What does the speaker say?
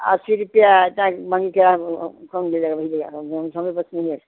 अस्सी रुपया तक मंग के हमरे बस के नहीं है